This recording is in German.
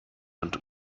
und